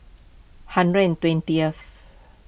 hundred and twentieth